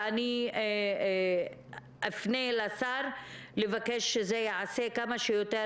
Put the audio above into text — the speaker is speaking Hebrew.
ואני אפנה לשר לבקש שזה ייעשה כמה שיותר